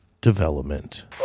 Development